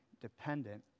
dependent